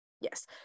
Yes